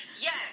Yes